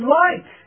light